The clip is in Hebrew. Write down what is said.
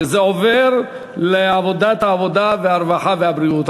שזה עובר לוועדת העבודה, הרווחה והבריאות.